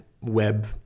web